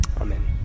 Amen